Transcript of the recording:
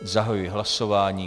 Zahajuji hlasování.